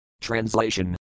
Translation